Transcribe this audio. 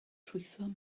trwytho